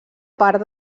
part